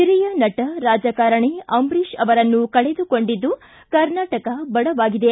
ಹಿರಿಯ ನಟ ರಾಜಕಾರಣಿ ಅಂಬರೀಶ್ ಅವರನ್ನು ಕಳೆದುಕೊಂಡು ಕರ್ನಾಟಕ ಬಡವಾಗಿದೆ